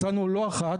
מצאנו לא אחת,